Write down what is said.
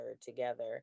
together